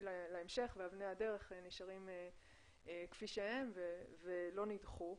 להמשך ובני הדרך נשארים כפי שהם ולא נדחו.